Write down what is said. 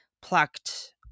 plucked